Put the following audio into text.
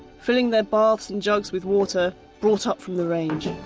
filling their baths and jugs with water brought up from the range.